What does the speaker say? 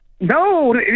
No